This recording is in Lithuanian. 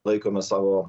laikomės savo